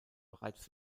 bereits